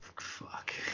fuck